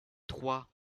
trois